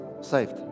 saved